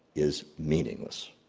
is meaningless.